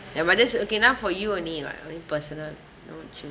and but this okay now for you only lah I mean personal you know you